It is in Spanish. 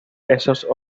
esos